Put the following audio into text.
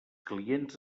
clients